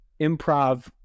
improv